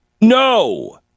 No